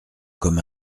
comme